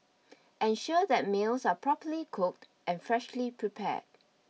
ensure that meals are properly cooked and freshly prepared